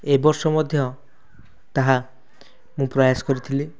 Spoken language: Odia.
ଏ ବର୍ଷ ମଧ୍ୟ ତାହା ମୁଁ ପ୍ରୟାସ କରିଥିଲି